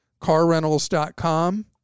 CarRentals.com